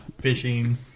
fishing